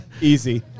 easy